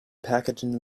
packaging